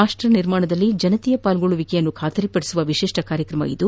ರಾಷ್ಷ ನಿರ್ಮಾಣದಲ್ಲಿ ಜನರ ಪಾಲ್ಗೊಳ್ಲುವಿಕೆಯನ್ನು ಬಾತರಿಪಡಿಸುವ ವಿಶಿಷ್ಟ ಕಾರ್ಯಕ್ರಮ ಇದಾಗಿದೆ